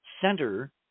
Center